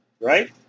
Right